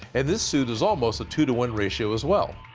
and this suit is almost a two to one ratio as well.